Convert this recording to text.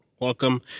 Welcome